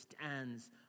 stands